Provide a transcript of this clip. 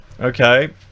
Okay